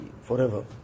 forever